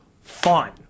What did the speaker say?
fun